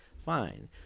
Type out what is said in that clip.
fine